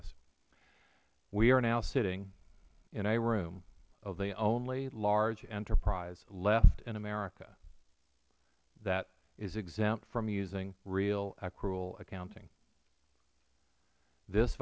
us we are now sitting in a room of the only large enterprise left in america that is exempt from using real accrual accounting this